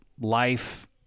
life